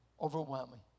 overwhelming